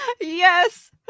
yes